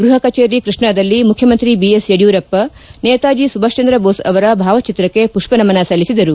ಗೃಹ ಕಚೇರಿ ಕೃಷ್ಣಾದಲ್ಲಿ ಮುಖ್ಯಮಂತ್ರಿ ಬಿಎಸ್ ಯಡಿಯೂರಪ್ಪ ನೇತಾಜಿ ಸುಭಾಷ್ ಚಂದ್ರ ದೋಸ್ ಅವರ ಭಾವಚಿತ್ರಕ್ಕೆ ಪುಪ್ಪ ನಮನ ಸಲ್ಲಿಸಿದರು